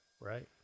Right